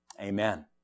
Amen